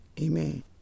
Amen